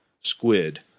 squid